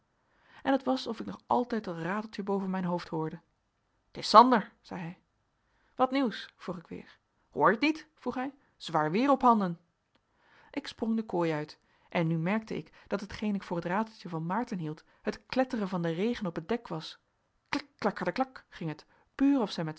en het was of ik nog altijd dat rateltje boven mijn hoofd hoorde t is sander zei hij wat nieuws vroeg ik weer hoor je t niet vroeg hij zwaar weer ophanden ik sprong de kooi uit en nu merkte ik dat hetgeen ik voor het rateltje van maarten hield het kletteren van den regen op het dek was klik klakkerdeklak ging het puur of zij met